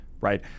Right